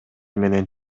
менен